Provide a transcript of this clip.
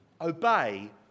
obey